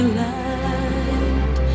light